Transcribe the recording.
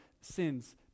sin's